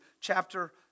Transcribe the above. chapter